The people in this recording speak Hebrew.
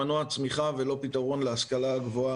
מנוע צמיחה ולא פתרון להשכלה הגבוהה,